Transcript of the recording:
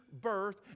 birth